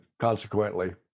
consequently